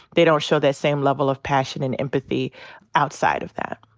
they don't show that same level of passion and empathy outside of that.